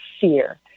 fear